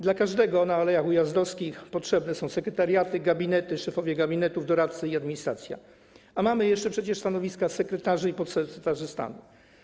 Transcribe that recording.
Dla każdego w Alejach Ujazdowskich potrzebne są sekretariaty, gabinety, szefowie gabinetów, doradcy i administracja, a mamy jeszcze przecież stanowiska sekretarzy i podsekretarzy stanu.